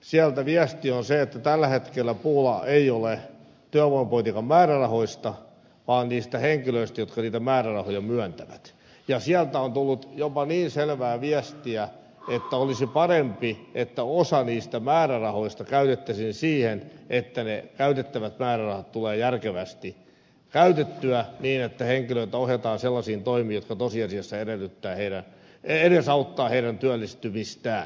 sieltä viesti on se että tällä hetkellä pula ei ole työvoimapolitiikan määrärahoista vaan niistä henkilöistä jotka niitä määrärahoja myöntävät ja sieltä on tullut jopa niin selvää viestiä että olisi parempi että osa niistä määrärahoista käytettäisiin siihen että ne käytettävät määrärahat tulee järkevästi käytettyä niin että henkilöitä ohjataan sellaisiin toimiin jotka tosiasiassa edesauttavat heidän työllistymistään